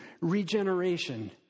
regeneration